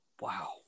Wow